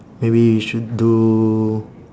maybe you should do